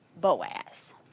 Boaz